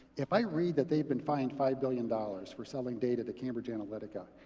if i read that they've been fined five billion dollars for selling data to cambridge analytica,